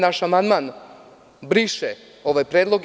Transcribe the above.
Naš amandman briše ovaj predlog.